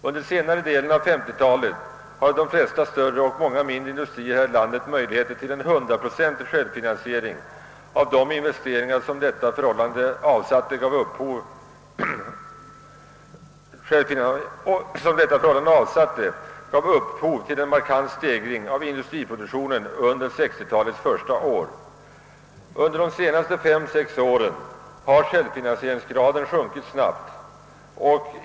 Under senare delen av 1950-talet hade de flesta större och många mindre industrier här i landet möjligheter till hundraprocentig självfinansiering, och de investeringar som detta förhållande avsatte gav upphov till en markant stegring av industriproduktionen under 1960-talets första år. Under de senaste fem, sex åren har självfinansieringsgraden sjunkit snabbt.